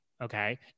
Okay